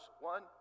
one